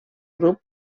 grup